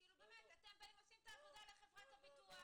באמת אתם באים ועושים את העבודה לחברת הביטוח.